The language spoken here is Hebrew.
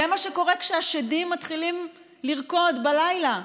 זה מה שקורה כשהשדים מתחילים לרקוד בלילה.